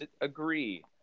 agree